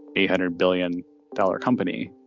a hundred billion dollar company